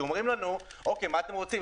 אומרים לנו: מה אתם רוצים?